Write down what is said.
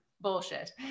bullshit